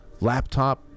laptop